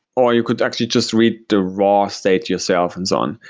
or you could actually just read the raw state yourself and so on.